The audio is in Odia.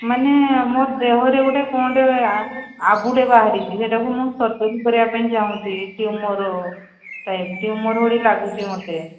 ମାନେ ମୋ ଦେହରେ ଗୋଟେ କ'ଣ ଗୋଟେ ଆବୁଟେ ବାହାରିଛି ସେଇଟାକୁ ମୁଁ ସର୍ଜରୀ କରିବା ପାଇଁ ଚାହୁଁଛି ଟ୍ୟୁମର ଟାଇପପ ଟ୍ୟୁମର ଭଳି ଲାଗୁଛି ମୋତେ